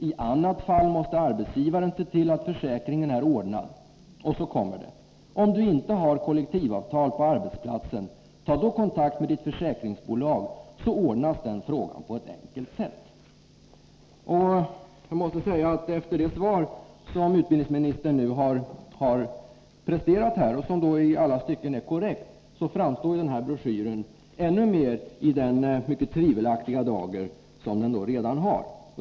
I annat fall måste arbetsgivaren se till att försäkring är ordnad.” Och så kommer det: ”Om du inte har kollektivavtal på arbetsplatsen, ta då kontakt med ditt försäkringsbolag så ordnas den frågan på ett enkelt sätt.” Jag måste säga att efter det svar som utbildningsministern nu har presterat —-somi alla stycken är korrekt — framstår broschyren i en ännu mer tvivelaktig dager än tidigare.